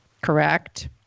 correct